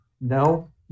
No